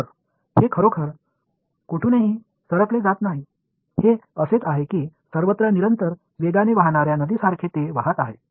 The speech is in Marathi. तर हे खरोखर कोठूनही सरकले जात नाही हे असेच आहे की सर्वत्र निरंतर वेगाने वाहनाऱ्या नदीसारखे ते वाहत आहे